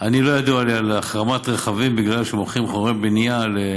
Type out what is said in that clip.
לא ידוע לי על החרמת רכבים בגלל שמוכרים חומרי בניין.